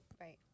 Right